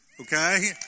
okay